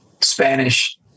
spanish